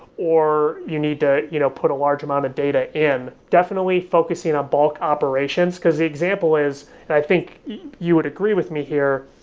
or you need to you know put a large amount of data in. definitely, focusing on bulk operations, because the example is i think you would agree with me here.